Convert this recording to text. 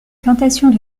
plantations